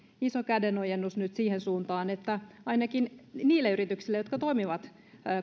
kädenojennus siihen suuntaan että ainakin voimme katsoa onko tästä apua niille yrityksille jotka toimivat